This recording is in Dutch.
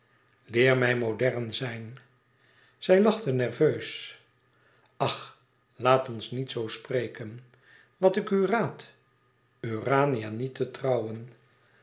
leer mij modern zijn zij lachte nerveus ach laat ons niet zoo spreken wat ik u raad urania niet te trouwen